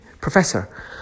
professor